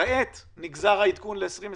כעת נגזר העדכון ל-2021.